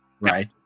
right